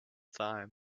thyme